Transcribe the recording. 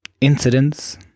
incidents